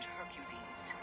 Hercules